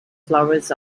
flowers